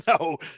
No